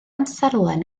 amserlen